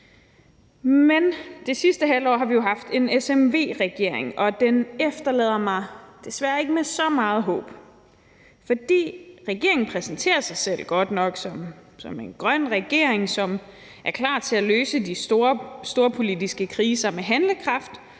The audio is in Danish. Men i det sidste halve år har vi jo haft en SVM-regering, og den efterlader mig desværre ikke med så meget håb. For regeringen præsenterer godt nok sig selv som en grøn regering, som er klar til at løse de storpolitiske kriser med handlekraft,